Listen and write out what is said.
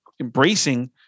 embracing